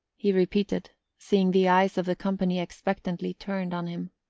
he repeated, seeing the eyes of the company expectantly turned on him,